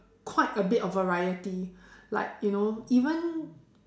quite a bit of variety like you know even